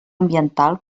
ambiental